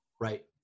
right